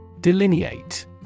Delineate